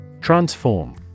Transform